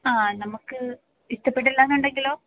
ആ നമുക്ക് ഇഷ്ടപ്പെട്ടില്ലെന്നുണ്ടെങ്കിലോ